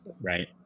Right